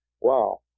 wow